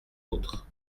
autres